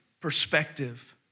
perspective